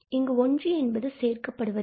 இங்கு ஒன்று என்பது சேர்க்கப்படுவதில்லை